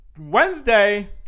Wednesday